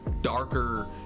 darker